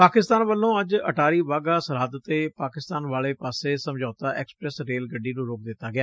ਪਾਕਿਸਤਾਨ ਵੱਲੋਂ ਅੱਜ ਅਟਾਰੀ ਵਾਹਗਾ ਸਰਹੱਦ ਤੇ ਪਾਕਿਸਤਾਨ ਵਾਲੇ ਪਾਸੇ ਸਮਤੌਤਾ ਐਕਸਪੈਸ ਰੇਲ ਗੱਡੀ ਨੂੰ ਰੋਕ ਦਿੱਤਾ ਗਿਆ